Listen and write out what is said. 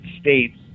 States